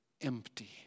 Empty